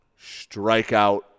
strikeout